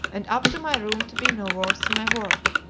and up to my room to be no worse than my word.